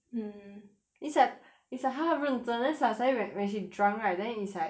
mm it's like it's like 她很认真 then su~ suddenly whe~ when she drunk right then is like